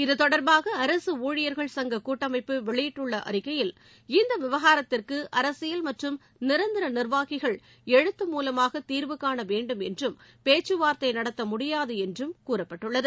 இத்தொடர்பாக அரசு ஊழியர்கள் சங்க கூட்டமைப்பு வெளியிட்டுள்ள அறிக்கையில் இந்த விவகாரத்திற்கு அரசியல் மற்றும் நிரந்தர நிர்வாகிகள் எழுத்து மூலமாக தீர்வுகாண வேண்டும் என்றும் பேச்கவார்த்தை நடத்த முடியாது என்றும் கூறப்பட்டுள்ளது